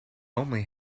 only